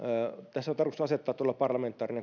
tässä on tarkoitus asettaa todella parlamentaarinen